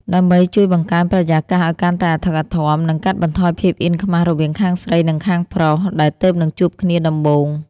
ដើម្បីជួយបង្កើនបរិយាកាសឱ្យកាន់តែអធិកអធម និងកាត់បន្ថយភាពអៀនខ្មាសរវាងខាងស្រីនិងខាងប្រុសដែលទើបនឹងជួបគ្នាដំបូង។